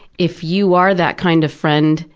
if you are that kind of friend,